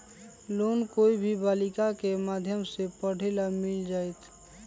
Loan कोई भी बालिका के माध्यम से पढे ला मिल जायत?